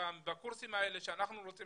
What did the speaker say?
הקורסים האלה שאנחנו רוצים